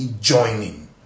joining